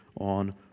on